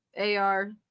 Ar